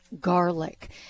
garlic